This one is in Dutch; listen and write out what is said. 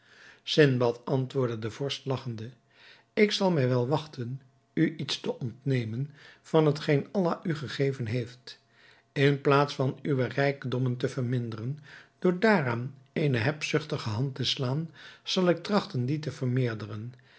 sindbad antwoordde de vorst lagchende ik zal mij wel wachten u iets te ontnemen van hetgeen allah u gegeven heeft in plaats van uwe rijkdommen te verminderen door daaraan eene hebzuchtige hand te slaan zal ik trachten die te vermeerderen